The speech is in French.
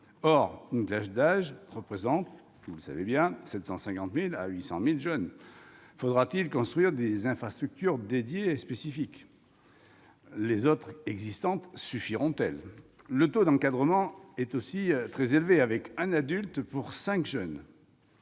Or une classe d'âge représente 750 000 à 800 000 jeunes. Faudra-t-il construire des infrastructures dédiées et spécifiques ? Les infrastructures existantes suffiront-elles ? Le taux d'encadrement est aussi très élevé, avec un adulte pour cinq jeunes.